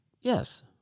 Yes